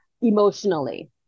emotionally